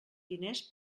diners